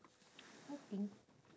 parking